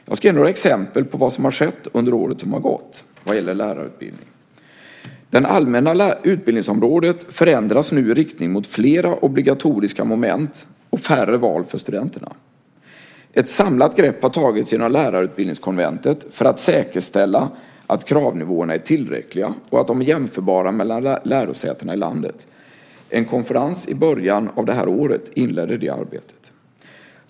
Jag ska ge några exempel på vad som har skett under året som gått vad gäller lärarutbildningen. Det allmänna utbildningsområdet förändras nu i riktning mot fler obligatoriska moment och färre val för studenterna. Ett samlat grepp har tagits genom lärarutbildningskonventet för att säkerställa att kravnivåerna är tillräckliga och att de är jämförbara mellan lärosätena i landet. En konferens i början av det här året inledde det arbetet.